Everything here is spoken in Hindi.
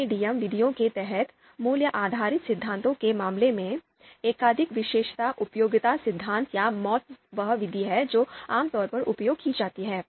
MADM विधियों के तहत मूल्य आधारित सिद्धांतों के मामले में एकाधिक विशेषता उपयोगिता सिद्धांत या MAUT वह विधि है जो आमतौर पर उपयोग की जाती है